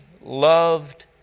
loved